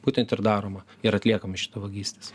būtent ir daroma ir atliekami šitie vagystės